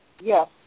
Yes